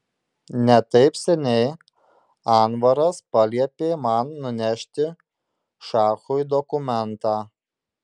ne taip seniai anvaras paliepė man nunešti šachui dokumentą